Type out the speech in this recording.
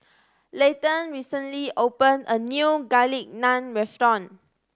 Layton recently opened a new Garlic Naan Restaurant